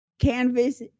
Canvas